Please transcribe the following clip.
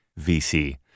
VC